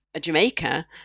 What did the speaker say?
Jamaica